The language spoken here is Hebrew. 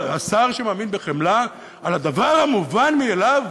אבל השר שמאמין בחמלה, לדבר המובן מאליו